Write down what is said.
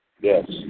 Yes